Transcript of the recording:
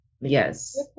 Yes